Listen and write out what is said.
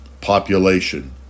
population